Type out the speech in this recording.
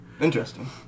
Interesting